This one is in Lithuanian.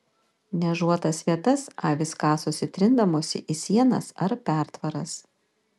niežuotas vietas avys kasosi trindamosi į sienas ar pertvaras